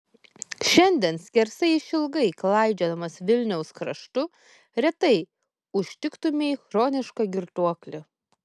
šiandien skersai išilgai klaidžiodamas vilniaus kraštu retai užtiktumei chronišką girtuoklį